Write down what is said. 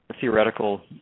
theoretical